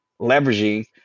leveraging